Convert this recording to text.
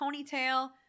ponytail